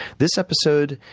this episode,